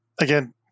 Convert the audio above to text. Again